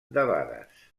debades